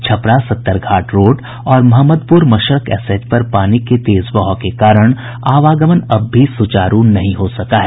Chhapra Sattarghat road और Mohammadpur Mashrak SH पर पानी के तेज बहाव के कारण आवागमन अब भी सुचारू नहीं हो सका है